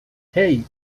hey